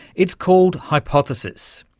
it's called hypothesis.